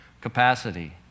capacity